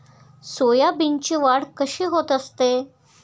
सोयाबीनची वाढ कशी होत असते?